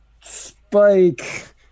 Spike